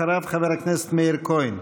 אחריו, חבר הכנסת מאיר כהן.